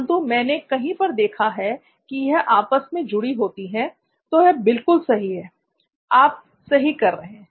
परंतु मैंने कहीं पर देखा है की यह आपस में जुड़ी होती हैं तो यह बिल्कुल सही है आप सही कर रहे हैं